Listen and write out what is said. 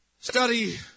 Study